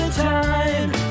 time